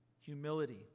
Humility